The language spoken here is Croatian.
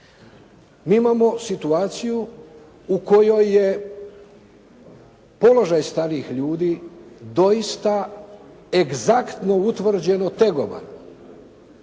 Mi imamo situaciju u kojoj je položaj starijih ljudi doista egzaktno utvrđeno tegoban.